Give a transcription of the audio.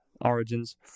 origins